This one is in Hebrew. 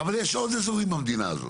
אבל, יש עוד אזורים במדינה הזו.